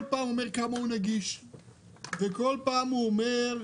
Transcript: פעם אומרים כמה המשרד נגיש ובכל פעם אומרים